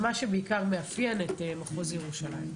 מה שבעיקר מאפיין את מחוז ירושלים.